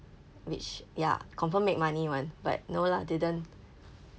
which ya confirm make money [one] but no lah didn't